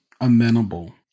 amenable